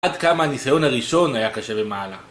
עד כמה הניסיון הראשון היה קשה למעלה